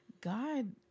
God